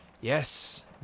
Yes